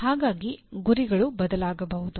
ಹಾಗಾಗಿ ಗುರಿಗಳು ಬದಲಾಗಬಹುದು